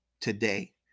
today